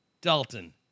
Dalton